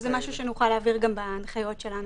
וזה משהו שנוכל להעביר גם בהנחיות שלנו,